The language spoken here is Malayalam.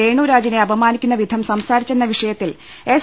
രേണു രാജിനെ അപമാ നിക്കുന്നവിധം സംസാരിച്ചെന്ന വിഷയത്തിൽ എസ്